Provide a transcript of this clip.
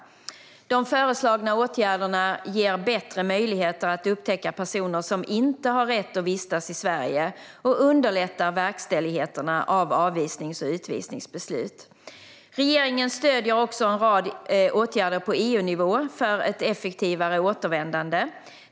De föreslagna åtgärderna ger bättre möjligheter att upptäcka personer som inte har rätt att vistas i Sverige och underlättar verkställigheterna av avvisnings och utvisningsbeslut. Regeringen stöder också en rad åtgärder på EU-nivå för ett effektivare återvändande.